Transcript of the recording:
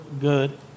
good